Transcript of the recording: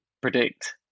predict